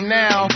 now